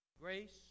grace